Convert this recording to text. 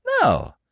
No